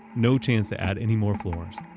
no chance to add any more floors,